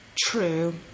True